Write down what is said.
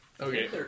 okay